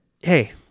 hey